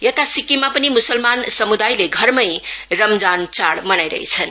यता सिक्किममा पनि मुसलमान समुदायले घरमै रमजान चाढ़ मनाइरहेछन्